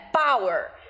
power